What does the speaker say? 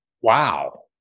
Wow